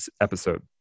episode